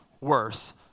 worse